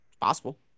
Possible